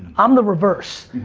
i'm the reverse.